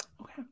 Okay